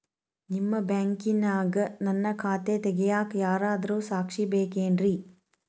ನಿಮ್ಮ ಬ್ಯಾಂಕಿನ್ಯಾಗ ನನ್ನ ಖಾತೆ ತೆಗೆಯಾಕ್ ಯಾರಾದ್ರೂ ಸಾಕ್ಷಿ ಬೇಕೇನ್ರಿ?